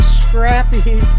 scrappy